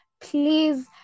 Please